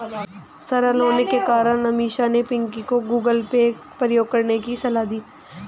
सरल होने के कारण अमीषा ने पिंकी को गूगल पे प्रयोग करने की सलाह दी